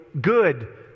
good